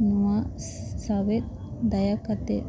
ᱱᱚᱣᱟ ᱥᱟᱶᱛᱮ ᱫᱟᱭᱟ ᱠᱟᱛᱮᱫ